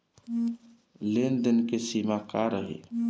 लेन देन के सिमा का रही?